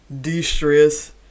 de-stress